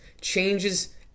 changes